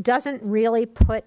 doesn't really put